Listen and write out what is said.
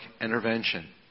intervention